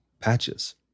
patches